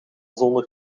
zonder